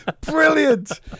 Brilliant